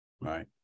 right